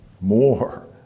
More